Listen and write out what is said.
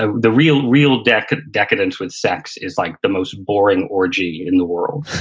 ah the real real decadence decadence with sex is like the most boring orgy in the world,